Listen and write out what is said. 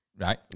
Right